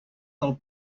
del